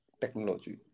technology